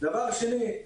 דבר שני,